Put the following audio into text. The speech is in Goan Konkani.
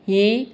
ही